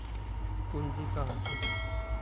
पूंजी का होथे?